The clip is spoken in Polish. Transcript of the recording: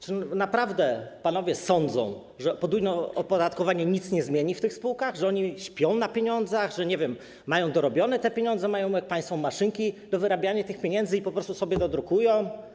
Czy panowie naprawdę sądzą, że podwójne opodatkowanie nic nie zmieni w tych spółkach, że oni śpią na pieniądzach, że - nie wiem - mają dorobione te pieniądze, mają maszynki do wyrabiania tych pieniędzy i po prostu sobie dodrukują?